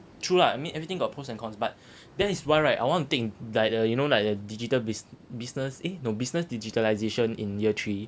true lah I mean everything got pros and cons but that is why right I wanna take like the you know like the digital busi~ business eh no business digitalisation in year three